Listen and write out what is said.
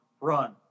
run